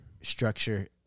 structure